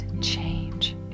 change